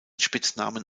spitznamen